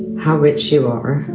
how rich you are